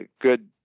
good